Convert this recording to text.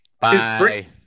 Bye